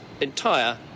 entire